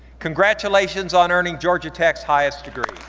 congratulations on earning georgia tech's highest degree.